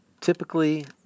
Typically